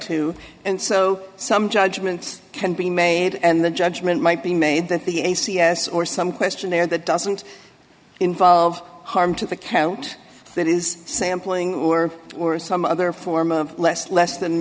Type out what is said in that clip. to and so some judgments can be made and the judgment might be made that the a c s or some questionnaire that doesn't involve harm to the account that is sampling war or some other form of less less than